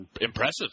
impressive